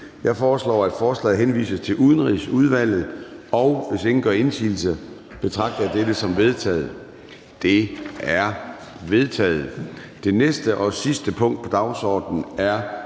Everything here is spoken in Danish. Jeg foreslår, at forslaget henvises til Udenrigsudvalget. Hvis ingen gør indsigelse, betragter jeg dette som vedtaget. Det er vedtaget. --- Det sidste punkt på dagsordenen er: